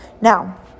Now